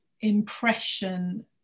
impression